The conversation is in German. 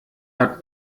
hat